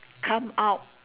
come out